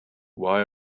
why